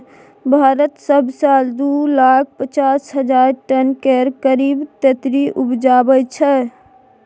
भारत सब साल दु लाख पचास हजार टन केर करीब तेतरि उपजाबै छै